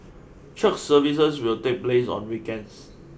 church services will take place on weekends